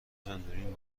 زندونیم